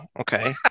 Okay